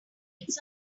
needs